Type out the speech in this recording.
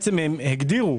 הגדירו